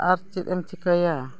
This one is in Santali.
ᱟᱨ ᱪᱮᱫ ᱮᱢ ᱪᱤᱠᱟᱹᱭᱟ